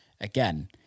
again